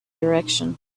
direction